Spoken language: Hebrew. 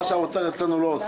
מה שהאוצר אצלנו לא עושה.